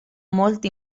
molt